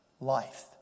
life